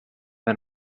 han